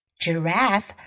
Giraffe